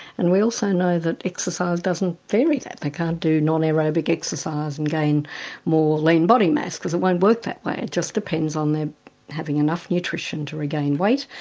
and we also know that exercise doesn't vary that, they can't do non-aerobic exercise and gain more lean body mass because it won't work that way. it just depends on their having enough nutrition to regain weight,